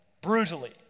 Brutally